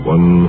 One